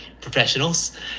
Professionals